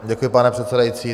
Děkuji, pane předsedající.